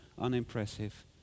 unimpressive